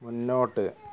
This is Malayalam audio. മുന്നോട്ട്